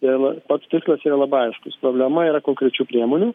ir pats tikslas yra labai aiškus problema yra konkrečių priemonių